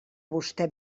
vostè